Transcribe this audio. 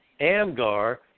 Amgar